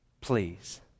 please